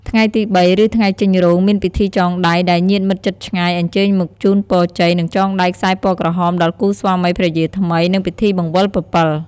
ថ្ងៃទី៣ ឬ ថ្ងៃចេញរោង មាន ពិធីចងដៃ ដែលញាតិមិត្តជិតឆ្ងាយអញ្ជើញមកជូនពរជ័យនិងចងដៃខ្សែពណ៌ក្រហមដល់គូស្វាមីភរិយាថ្មី និងពិធីបង្វិលពពិល។